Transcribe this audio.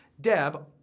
Deb